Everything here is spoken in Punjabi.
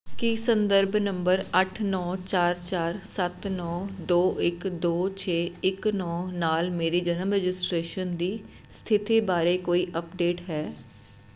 ਕੀ ਸੰਦਰਭ ਨੰਬਰ ਅੱਠ ਨੌਂ ਚਾਰ ਚਾਰ ਸੱਤ ਨੌਂ ਦੋ ਇੱਕ ਦੋ ਛੇ ਇੱਕ ਨੌਂ ਨਾਲ ਮੇਰੀ ਜਨਮ ਰਜਿਸਟ੍ਰੇਸ਼ਨ ਦੀ ਸਥਿਤੀ ਬਾਰੇ ਕੋਈ ਅਪਡੇਟ ਹੈ